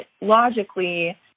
logically